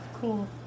Cool